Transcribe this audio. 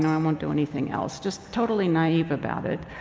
and i won't do anything else, just totally naive about it.